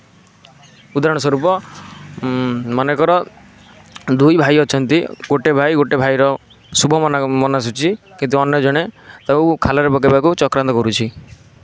ଉଦାହରଣ ସ୍ବରୂପ ମନେକର ଦୁଇ ଭାଇ ଅଛନ୍ତି ଗୋଟିଏ ଭାଇ ଗୋଟିଏ ଭାଇର ଶୁଭ ମନାସୁଛି କିନ୍ତୁ ଅନ୍ୟ ଜଣେ ତାକୁ ଖାଲରେ ପକାଇବାକୁ ଚକ୍ରାନ୍ତ କରୁଛି